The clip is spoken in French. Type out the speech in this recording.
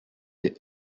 des